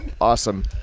Awesome